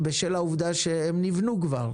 מאשרים עכשיו היא בשל העובדה שהם נבנו כבר.